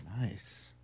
Nice